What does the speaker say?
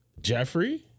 Jeffrey